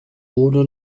ohne